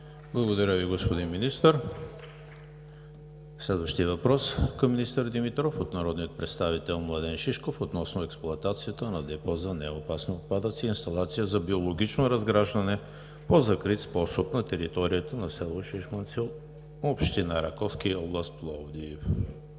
Благодаря Ви, уважаеми господин Министър. Следващият въпрос към министър Димитров е от народния представител Младен Шишков относно експлоатацията на Депо за неопасни отпадъци и инсталация за биологично разграждане по закрит способ на територията на село Шишманци, община Раковски, област Пловдив. Заповядайте,